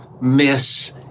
miss